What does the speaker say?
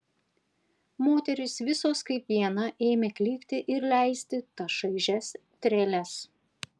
moterys visos kaip viena ėmė klykti ir leisti tas šaižias treles